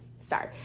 sorry